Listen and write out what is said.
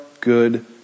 good